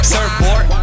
Surfboard